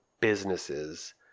businesses